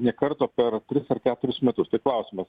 nė karto per tris ar keturis metus tai klausimas